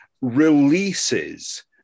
releases